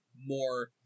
more